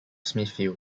smithfield